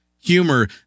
humor